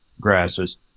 grasses